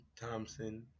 Thompson